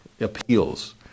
appeals